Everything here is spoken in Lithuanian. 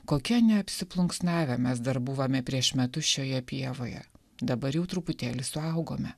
kokia neapsiplunksnavę mes dar buvome prieš metus šioje pievoje dabar jau truputėlį suaugome